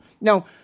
Now